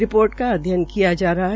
report का अध्ययन किया जा रहा है